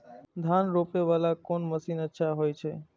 धान रोपे वाला कोन मशीन अच्छा होय छे?